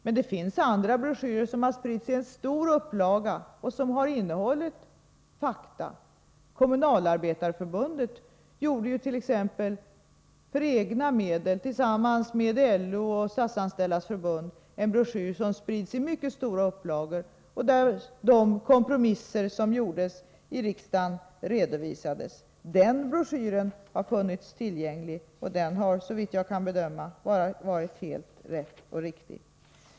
Men det finns andra broschyrer, som har spritts i stor upplaga och som har innehållit fakta. Kommunalarbetareförbundet gjorde t.ex. för egna medel, tillsammans med LO och Statsanställdas förbund, en broschyr som spritts i mycket stora upplagor. I den redovisas de kompromisser som gjordes i riksdagen. Broschyren har funnits tillgänglig och har, såvitt jag kan bedöma, varit helt riktig.